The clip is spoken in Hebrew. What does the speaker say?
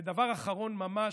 ודבר אחרון ממש.